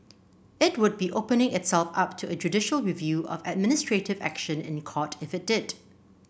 it would be opening itself up to a judicial review of administrative action in Court if it did